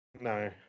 No